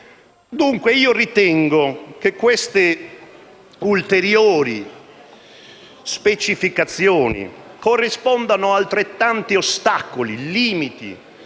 Dunque, io ritengo che queste ulteriori specificazioni corrispondano ad altrettanti ostacoli, limiti